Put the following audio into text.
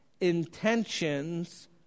intentions